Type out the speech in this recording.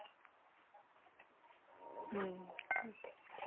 ᱦᱩᱸ ᱟᱪᱪᱷᱟ ᱴᱷᱤᱠ ᱜᱮᱭᱟ